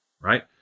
right